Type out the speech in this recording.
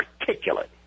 articulate